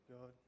God